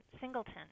singleton